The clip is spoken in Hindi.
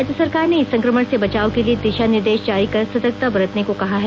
राज्य सरकार ने इस संकमण से बचाव के लिए दिशा निर्देश जारी कर सतर्कता बरतने को कहा है